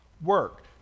work